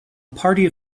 party